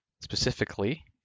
specifically